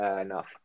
enough